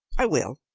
i will,